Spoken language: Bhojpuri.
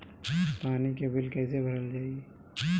पानी के बिल कैसे भरल जाइ?